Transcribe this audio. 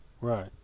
Right